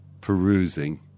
perusing